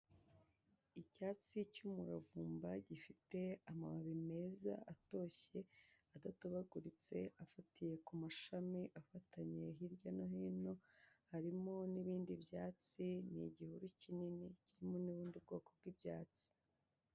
Icyatsi cy'umuravumba gifite amababi meza atoshye, adatobaguritse afatiye ku mashami afatanye hirya no hino, harimo n'ibindi byatsi ni igihuru kinini kirimo n'ubundi bwoko bw'ibyatsi.